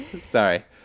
Sorry